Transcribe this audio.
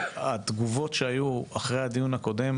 התגובות שהיו אחרי הדיון הקודם,